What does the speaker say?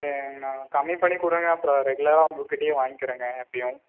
சரிங்கண்ணா கம்மி பண்ணி கொடுங்க அப்புறம் ரெகுலராக உங்கள்கிட்டயே வாங்கிக்கிறோங்க எப்பையும்